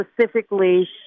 specifically